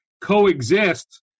coexist